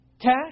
cash